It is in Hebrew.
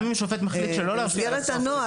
בית המשפט יצטרך להכריע.